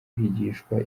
kwigishwa